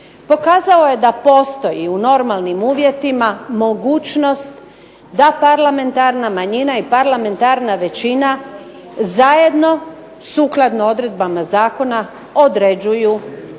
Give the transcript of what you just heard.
pokazao je da postoji u normalnim uvjetima mogućnost da parlamentarna većina i parlamentarna manjina zajedno sukladno odredbama zakona određuju